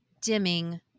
dimming